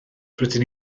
rydyn